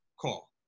call